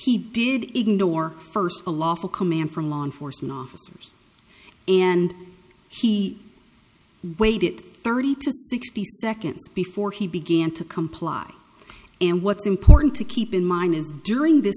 he did ignore first a lawful command from law enforcement officers and she waited thirty to sixty seconds before he began to comply and what's important to keep in mind is during th